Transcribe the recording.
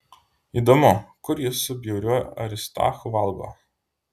įdomu kur jis su bjauriuoju aristarchu valgo